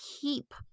keep